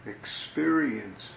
experience